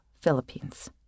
Philippines